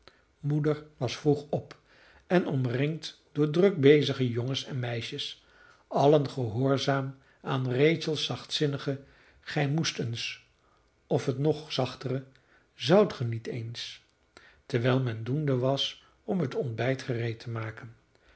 moeder was vroeg op en omringd door drukbezige jongens en meisjes allen gehoorzaam aan rachels zachtzinnige gij moest eens of het nog zachtere zoudt ge niet eens terwijl men doende was om het ontbijt gereed te maken